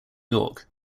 york